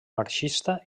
marxista